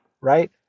right